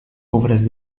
obras